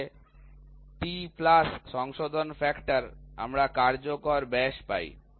তাহলে T plus সংশোধন factor আমরা কার্যকর ব্যাস পাই